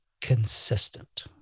consistent